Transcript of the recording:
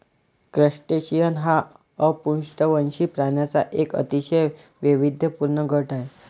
crustacean हा अपृष्ठवंशी प्राण्यांचा एक अतिशय वैविध्यपूर्ण गट आहे